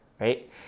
right